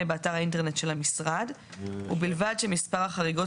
באתר האינטרנט של המשרד ובלבד שמספר החריגות,